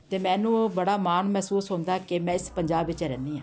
ਅਤੇ ਮੈਨੂੰ ਬੜਾ ਮਾਣ ਮਹਿਸੂਸ ਹੁੰਦਾ ਕਿ ਮੈਂ ਇਸ ਪੰਜਾਬ ਵਿੱਚ ਰਹਿੰਦੀ ਹਾਂ